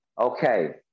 okay